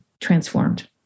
transformed